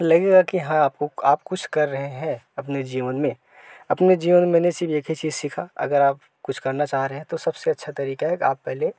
लगेगा कि हाँ आपको आप कुछ कर रहे हैं अपने जीवन में अपने जीवन में मैंने सिर्फ एक ही चीज सीखा अगर आप कुछ करना चाह रहे हैं तो सबसे अच्छा तरीका है कि आप पहले